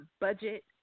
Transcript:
budget